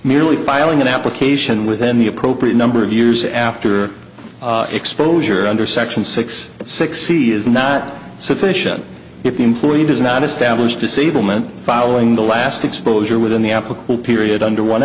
merely filing an application within the appropriate number of years after exposure under section six six e is not sufficient if the employee does not establish disablement following the last exposure within the applicable period under one